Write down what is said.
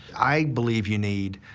i believe you need.